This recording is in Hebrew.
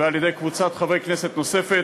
ועל-ידי קבוצת חברי כנסת נוספת,